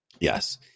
Yes